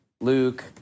Luke